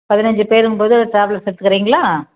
பதினஞ்சு பேருங்கும்போது ஒரு ட்ராவல்ஸ் எடுத்துக்கிறீங்களா